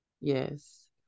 yes